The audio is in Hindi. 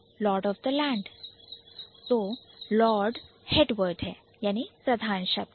Lord of the Land तो Lord Head word है प्रधान शब्द है